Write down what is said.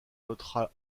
notera